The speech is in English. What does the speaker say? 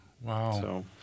Wow